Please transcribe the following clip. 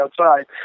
outside